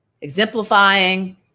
exemplifying